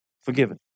forgiven